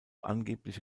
angebliche